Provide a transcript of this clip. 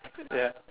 ya